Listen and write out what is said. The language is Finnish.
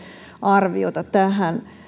arviota tähän